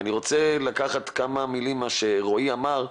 אני רוצה לקחת כמה מילים ממה שרועי אמר,